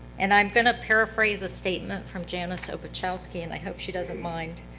and i am going to paraphrase a statement from janice obuchowski, and i hope she doesn't mind,